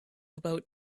about